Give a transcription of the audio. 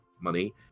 money